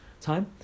Time